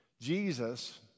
Jesus